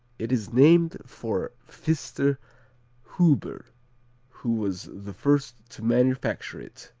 it is named for pfister huber who was the first to manufacture it,